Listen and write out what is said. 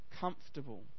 comfortable